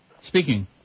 Speaking